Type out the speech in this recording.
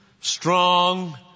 strong